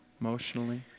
emotionally